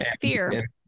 fear